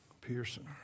Pearson